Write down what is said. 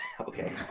Okay